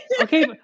Okay